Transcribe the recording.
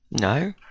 No